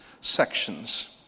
sections